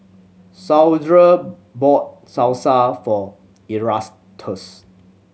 Saundra bought Salsa for Erastus